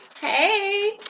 hey